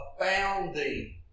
abounding